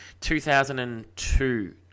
2002